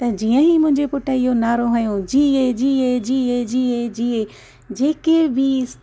त जीअं ई मुंहिंजे पुटु इहो नारो हहो जिए जिए जिए जिए जिए जेके बि